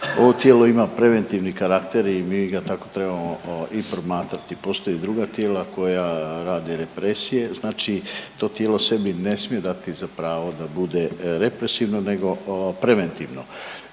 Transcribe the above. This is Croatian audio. Ovo tijelo ima preventivni karakter i mi ga tako trebamo i promatrati. Postoje i druga tijela koja rade represije, znači to tijelo sebi ne smije dati za pravo da bude represivno, nego preventivno.